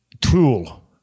tool